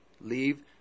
Leave